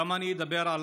גם אני אדבר על